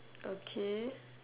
okay